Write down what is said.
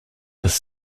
this